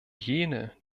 jene